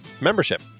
membership